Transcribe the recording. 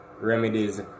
remedies